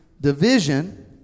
Division